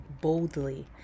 boldly